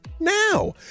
Now